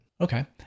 Okay